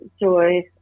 joy